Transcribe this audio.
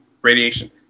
radiation